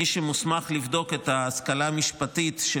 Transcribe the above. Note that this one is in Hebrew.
מי שמוסמך לבדוק את ההשכלה המשפטית של